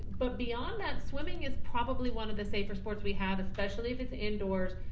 but beyond that, swimming is probably one of the safest sports we have, especially if it's indoors,